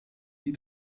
die